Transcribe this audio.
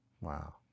Wow